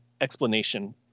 explanation